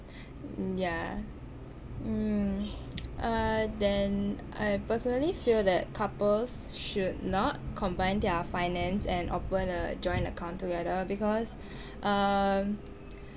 yah mm uh then I personally feel that couples should not combine their finance and open a joint account together because um